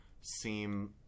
seem